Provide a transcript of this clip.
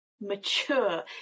mature